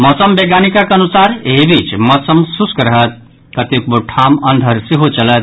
मौसम वैज्ञानिकक अनुसार एहि बीच मौसम शुष्क रहत कतेको ठाम अन्धर सेहो चलत